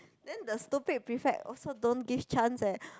then the stupid prefect also don't give chance eh